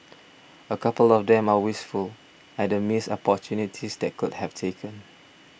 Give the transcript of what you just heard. a couple of them are wistful at the missed opportunities that they could have taken